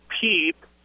peep